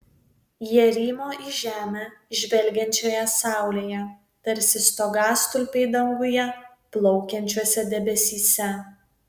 jie rymo į žemę žvelgiančioje saulėje tarsi stogastulpiai danguje plaukiančiuose debesyse